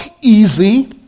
easy